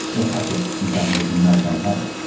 or has it and doesn't even know they have it.